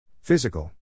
Physical